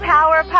Power